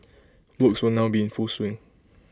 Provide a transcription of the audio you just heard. works will now be in full swing